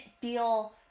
feel